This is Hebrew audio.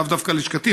לאו דווקא ללשכתי,